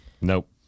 Nope